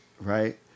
right